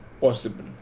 possible